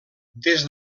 des